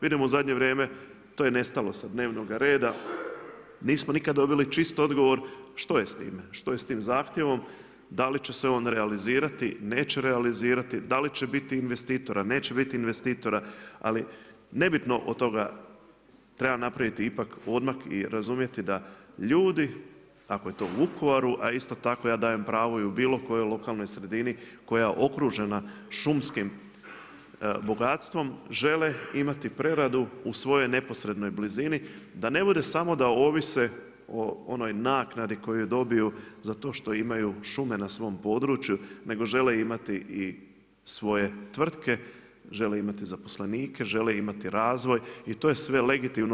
Vidimo u zadnje vrijeme to je nestalo sa dnevnog reda, nismo nikada dobili čist odgovor što je s time, što je s tim zahtjevom, da li će se on realizirati, neće realizirati, da li će biti investitora, neće biti investitora ali nebitno od toga treba napraviti ipak odmak i razumjeti da ljudi ako je to u Vukovaru, a isto tako ja dajem pravo i u bilo kojoj lokalnoj sredini koja je okružena šumskim bogatstvom, žele imati preradu u svojoj neposrednoj blizini da ne bude samo da ovise o onoj naknadi koju dobiju za to što imaju šume na svom području nego žele imati i svoje tvrtke, žele imati zaposlenike, žele imati razvoj i to je sve legitimno.